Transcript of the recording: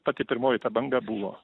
pati pirmoji ta banga buvo